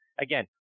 Again